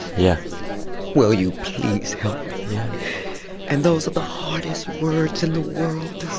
yeah will you please help me? yeah and those are the hardest words in the world